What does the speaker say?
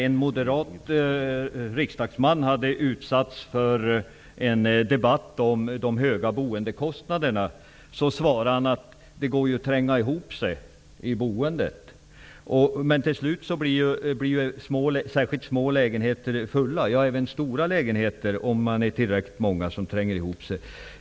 En moderat riksdagsman hade utsatts för en debatt om de höga boendekostnaderna. Han svarade att det går att tränga ihop sig i boendet. Men till slut blir både små och stora lägenheter fulla om det är tillräckligt många som tränger ihop sig.